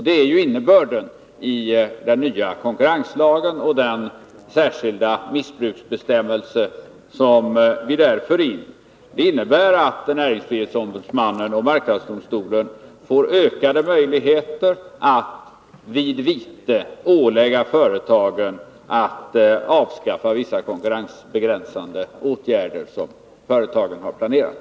Det är också innebörden i den nya konkurrenslagen och den särskilda missbruksbestämmelse som vi för in i lagen. Det innebär att NO och marknadsdomstolen får ökade möjligheter att vid vite ålägga företagen att förhindra vissa konkurrensbegränsande åtgärder som de har planerat.